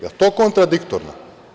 Je li to kontradiktorno?